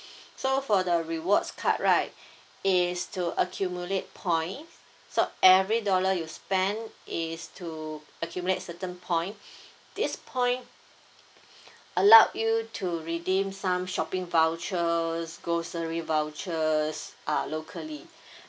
so for the rewards card right is to accumulate point so every dollar you spend is to accumulate certain point this point allowed you to redeem some shopping vouchers grocery vouchers uh locally